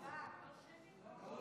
מכיוון